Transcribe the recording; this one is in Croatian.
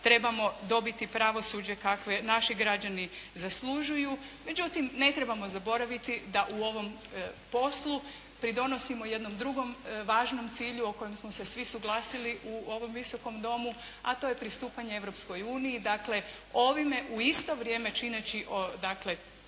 trebamo dobiti pravosuđe kakvo naši građani zaslužuju. Međutim ne trebamo zaboraviti da u ovom poslu pridonosimo jednom drugom važnom cilju u kojem smo se svi suglasili u ovom Visokom domu, a to je pristupanje Europskoj uniji. Dakle, ovime u isto vrijeme čineći to da